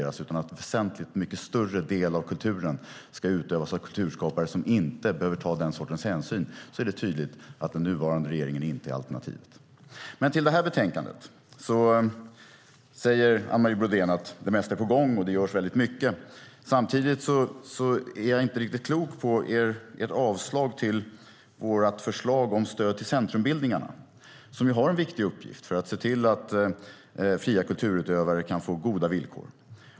Om det handlar om att en väsentligt mycket större del av kulturen ska utövas av kulturskapare som inte behöver ta den sortens hänsyn är det tydligt att den nuvarande regeringen inte är alternativet. Utifrån det här betänkandet säger Anne Marie Brodén att det mesta är på gång och att det görs väldigt mycket. Samtidigt blir jag inte riktigt klok på ert avstyrkande av vårt förslag om stöd till centrumbildningarna, som ju har en viktig uppgift för att se till att fria kulturutövare kan få goda villkor.